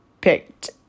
picked